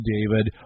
David